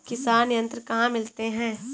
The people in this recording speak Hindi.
किसान यंत्र कहाँ मिलते हैं?